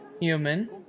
human